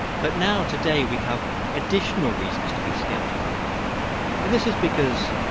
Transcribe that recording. but now, today, we have additional reasons to be skeptical. and this is because,